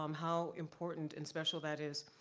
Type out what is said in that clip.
um how important and special that is.